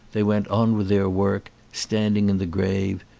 they went on with their work, standing in the grave,